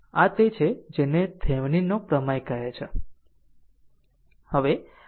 આમ આ તે છે જેને થેવીનિન નો પ્રમેય કહે છે